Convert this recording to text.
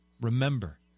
remember